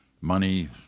money